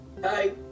hi